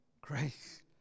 grace